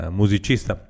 musicista